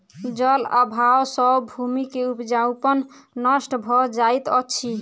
जल अभाव सॅ भूमि के उपजाऊपन नष्ट भ जाइत अछि